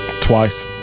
twice